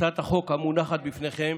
הצעת החוק המונחת בפניכם